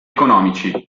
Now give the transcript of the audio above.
economici